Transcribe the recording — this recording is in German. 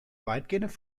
weitgehende